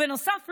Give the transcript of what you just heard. בנוסף,